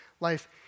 life